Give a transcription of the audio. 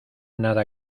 nada